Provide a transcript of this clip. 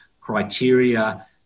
criteria